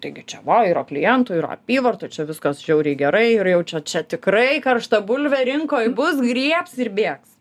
taigi čia va yra klientų yra apyvartų čia viskas žiauriai gerai ir jau čia čia tikrai karšta bulvė rinkoj bus griebs ir bėgs